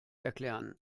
erklären